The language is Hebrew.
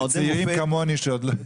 מועדוני מופת זה מועדונים שלא מקבלים